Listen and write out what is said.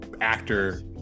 actor